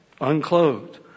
unclothed